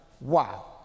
Wow